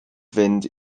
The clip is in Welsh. fynd